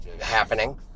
happening